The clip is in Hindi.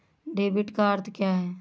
डेबिट का अर्थ क्या है?